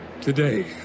today